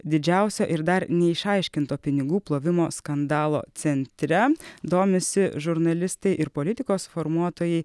didžiausio ir dar neišaiškinto pinigų plovimo skandalo centre domisi žurnalistai ir politikos formuotojai